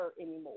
anymore